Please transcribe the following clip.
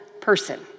person